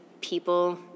people